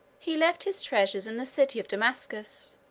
he left his treasures in the city of damascus,